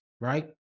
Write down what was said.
right